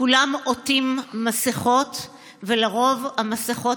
תוכנית קָרב המעולה,